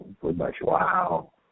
Wow